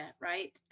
right